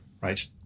right